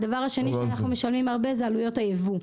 הדבר השני הוא עלויות הייבוא,